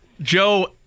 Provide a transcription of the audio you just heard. Joe